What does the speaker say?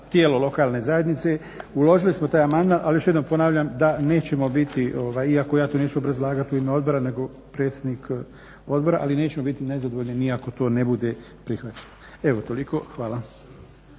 tijelo lokalne zajednice, uložili smo taj amandman, ali još jednom ponavljam da nećemo biti iako ja to neću obrazlagati u ime odbora nego predsjednik odbora, ali nećemo biti nezadovoljni ni ako to ne bude prihvaćeno. Evo toliko. Hvala.